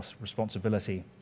responsibility